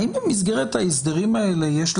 האם במסגרת ההסדרים האלה יש,